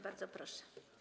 Bardzo proszę.